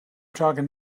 talking